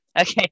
Okay